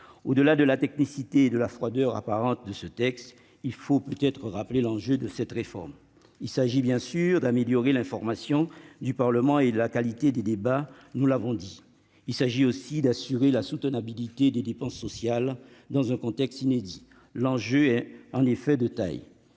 Au-delà de la technicité et de la froideur apparente de ce texte, il faut peut-être rappeler l'enjeu de cette réforme. Il s'agit bien sûr, nous l'avons dit, d'améliorer l'information du Parlement et la qualité des débats. Il s'agit aussi d'assurer la soutenabilité des dépenses sociales dans un contexte inédit. L'enjeu est de taille.